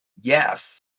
Yes